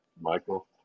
Michael